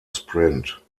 sprint